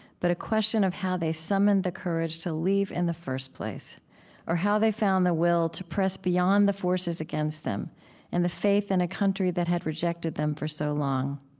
but a question of how they summoned the courage to leave in the first place or how they found the will to press beyond the forces against them and the faith in a country that had rejected them for so long.